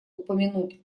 упомянуть